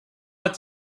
what